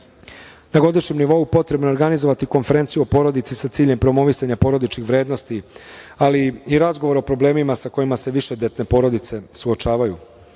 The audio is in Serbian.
na godišnjem nivou potrebno je organizovati konferenciju o porodici sa ciljem promovisanja porodičnih vrednosti, ali i razgovor o problemima sa kojima se višedetne porodice suočavaju,